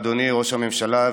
אדוני ראש הממשלה,